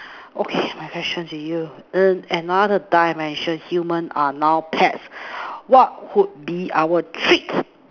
okay my question to you err in another dimension human are now pets what could be our treat